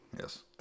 Yes